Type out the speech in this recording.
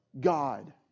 God